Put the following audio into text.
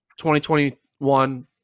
2021